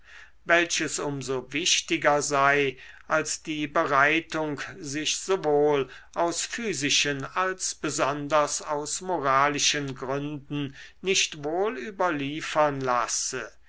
welches um so notwendiger sei als die bereitung sich sowohl aus physischen als besonders aus moralischen gründen nicht wohl überliefern lasse